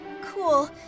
cool